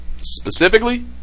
specifically